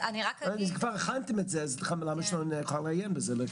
כבר הכנתם את זה אז למה שלא נוכל לעיין בזה.